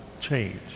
change